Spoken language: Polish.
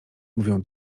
mówią